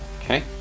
Okay